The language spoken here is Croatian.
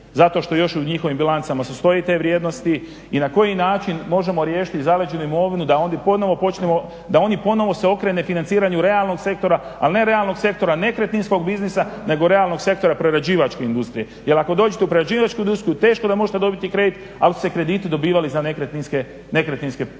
Zato što još u njihovim bilancama stoje te vrijednosti. I na koji način možemo riješiti zaleđenu imovinu da ondje ponovno počnemo da oni ponovno se okrenu financiranju realnog sektora ali ne realnog sektora nekretninskog biznisa nego realnog sektora prerađivačke industrije. Jer ako dođete u prerađivačku industriju teško da možete dobiti kredit ali su se krediti dobivali za nekretninske biznise.